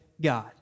God